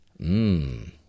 Mmm